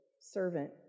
servant